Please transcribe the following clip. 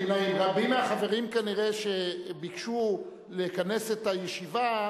רבים מהחברים, כנראה, שביקשו לכנס את הישיבה,